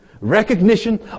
recognition